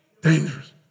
dangerous